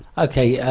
okay,